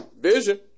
Vision